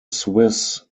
swiss